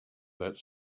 that